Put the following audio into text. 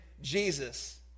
Jesus